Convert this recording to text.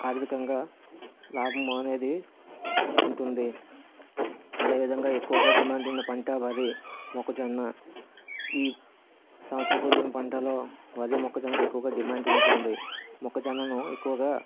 ఆర్ధికంగా లాభమనేది ఉంటుంది అదేవిధంగా ఎక్కువగా డిమాండ్ ఉన్న పంట వరి మొక్కజొన్న ఈ సంవత్సరం పొడుగున పంటలో వరి మొక్కజొన్నకు ఎక్కువగా డిమాండ్ ఉంటుంది మొక్కజొన్నను ఎక్కువగా